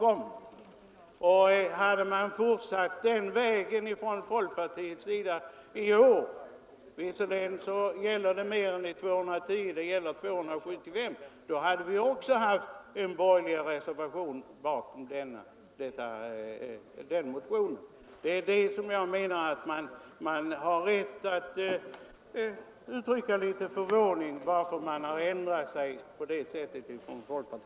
Om folkpartiet hade följt samma väg i år, då anslagsäskandet höjts från 210 000 till 275 000 kronor, hade vi också haft en gemensam borgerlig reservation till stöd för motionen. Jag menar att man har rätt att uttrycka en viss förvåning över att folkpartiet ändrat sig på denna punkt.